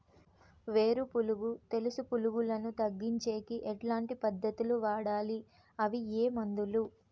వేరు పులుగు తెలుసు పులుగులను తగ్గించేకి ఎట్లాంటి పద్ధతులు వాడాలి? అవి ఏ మందులు?